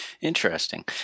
Interesting